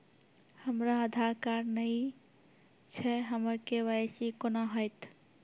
हमरा आधार कार्ड नई छै हमर के.वाई.सी कोना हैत?